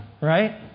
right